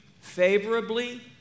favorably